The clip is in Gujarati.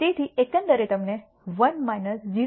તેથી એકંદરે તમને 1 0